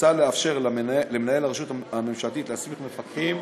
מוצע לאפשר למנהל הרשות הממשלתית להסמיך מפקחים,